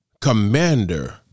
commander